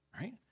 right